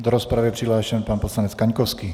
Do rozpravy je přihlášen pan poslanec Kaňkovský.